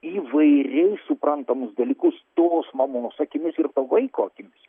įvairiai suprantamus dalykus tos mamos akimis ir to vaiko akimis